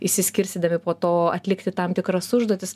išsiskirstydami po to atlikti tam tikras užduotis